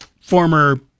former